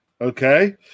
Okay